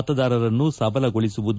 ಮತದಾರರನ್ನು ಸಬಲಗೊಳಿಸುವುದು